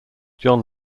john